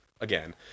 Again